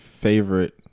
favorite